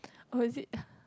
oh it is